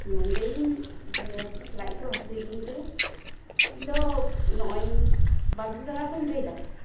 ᱞᱟᱹᱭ ᱫᱟᱹᱧ ᱡᱮ ᱞᱟᱡ ᱠᱚ ᱦᱟᱹᱥᱩᱭᱤᱧ ᱠᱟᱱᱟ ᱤᱧ ᱫᱚ ᱱᱚᱜ ᱚᱭ ᱵᱟᱫᱨᱩ ᱰᱟᱝᱜᱟ ᱠᱷᱚᱱᱤᱧ ᱞᱟᱹᱭ ᱮᱫᱼᱟ